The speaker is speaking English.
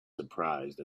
surprised